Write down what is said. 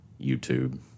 YouTube